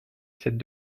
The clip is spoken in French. cette